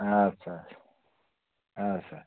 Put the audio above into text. اَدٕ سا اَدٕ سا